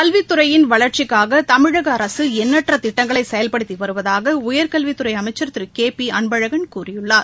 கல்வித்துறையின் வளர்ச்சிக்காக தமிழக அரசு எண்ணற்ற திட்டங்களை செயல்படுத்தி வருவதாக உயர்கல்வித்துறை அமைச்சர் திரு கே பி அன்பழகன் கூறியுள்ளார்